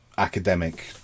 Academic